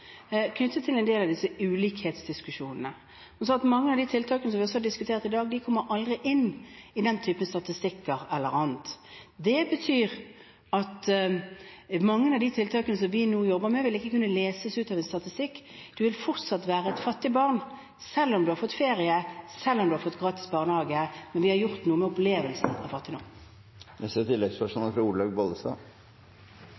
knyttet til en del av disse ulikhetsdiskusjonene. Hun sa at mange av de tiltakene som vi har diskutert i dag, aldri kommer inn i den type statistikker eller annet. Det betyr at mange av de tiltakene som vi nå jobber med, ikke vil kunne leses ut av en statistikk. Det vil fortsatt være fattige barn, selv om de har fått ferie, selv om de har fått gratis barnehage – men vi har gjort noe med opplevelsen av